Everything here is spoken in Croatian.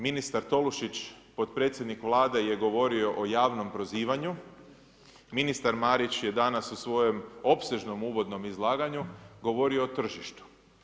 Ministar Tolušić, potpredsjednik Vlade je govorio o javnom prozivanju, ministar Marić je danas u svojem opsežnom uvodnom izlaganju govorio o tržištu.